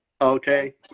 okay